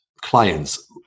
clients